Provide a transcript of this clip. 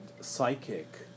psychic